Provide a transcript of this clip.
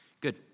good